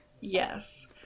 yes